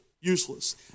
useless